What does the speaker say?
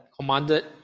commanded